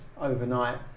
overnight